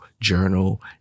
journal